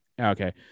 okay